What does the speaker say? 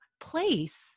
place